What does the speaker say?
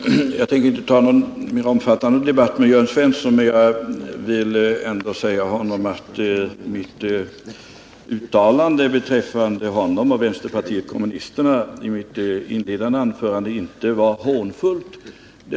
Herr talman! Jag tänker inte ta upp någon mera omfattande debatt med Jörn Svensson, men jag vill ändå säga honom att mitt uttalande beträffande honom och vänsterpartiet kommunisterna i mitt inledande anförande inte var hånfullt menat.